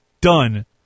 done